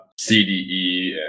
CDE